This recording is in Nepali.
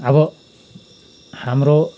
अब हाम्रो